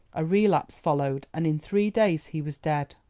a relapse followed, and in three days he was dead.